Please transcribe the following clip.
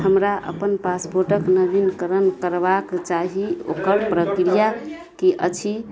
हमरा अपन पासपोर्टके नवीनकरण करबाक चाही ओकर प्रक्रिया कि अछि